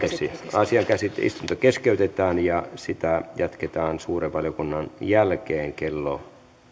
asian käsittely ja istunto keskeytetään ja istuntoa jatketaan suuren valiokunnan jälkeen kello